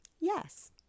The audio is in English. yes